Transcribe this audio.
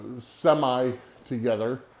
semi-together